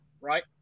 right